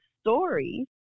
stories